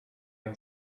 our